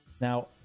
Now